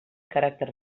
caràcter